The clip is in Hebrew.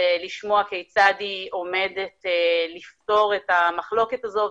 ולשמוע כיצד היא עומדת לפתור את המחלוקת הזו,